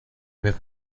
vez